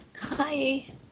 hi